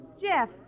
Jeff